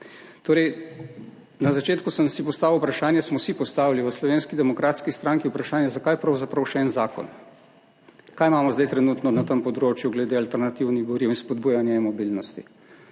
zasebne. Na začetku sem si postavil vprašanje, smo si postavili v Slovenski demokratski stranki vprašanje, zakaj pravzaprav še en zakon? Kaj imamo zdaj trenutno na tem področju glede alternativnih goriv in spodbujanja e-mobilnosti?